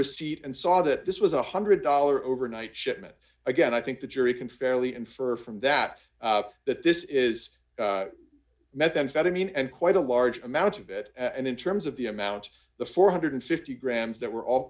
receipt and saw that this was a one hundred dollars overnight shipment again i think the jury can fairly infer from that that this is methamphetamine and quite a large amount of it and in terms of the amount the four hundred and fifty grams that were all